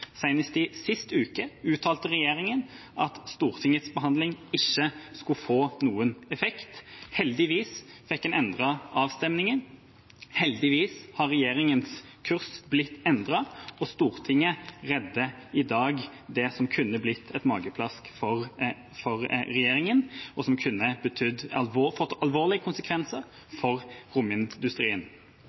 voteringen. Senest sist uke uttalte regjeringa at Stortingets behandling ikke skulle få noen effekt. Heldigvis fikk en endret avstemmingen. Heldigvis har regjeringas kurs blitt endret, og Stortinget redder i dag det som kunne blitt et mageplask for regjeringa, og som kunne fått alvorlige konsekvenser for romindustrien.